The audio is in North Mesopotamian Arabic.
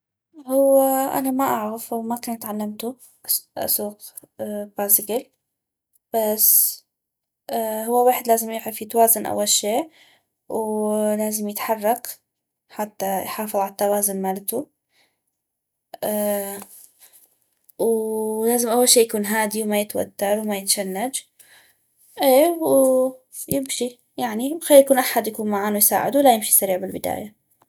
هو انا ما اعغف وما كن تعلمتو اسوق بازگل بس هو ويحد لازم يعف يتوازن اول شي ولازم يتحرك حتى يحافظ عل توازن مالتو ولازم اول شي يكون هادي وما يتوتر وكا يتشنج اي و يمشي يعني خلي احد يكون معانو يساعدو ولا يمشي سريع بالبداية